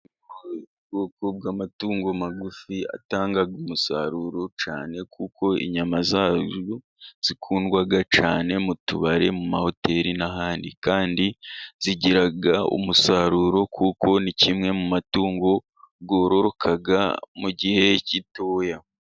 Ubwoko bw'amatungo magufi atanga umusaruro cyane, kuko inyama zazo zikundwa cyane mu tubari ,mu mahoteri n'ahandi, kandi zigira umusaruro kuko ni kimwe mu matungo yororoka mu gihe gitoya.